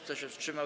Kto się wstrzymał?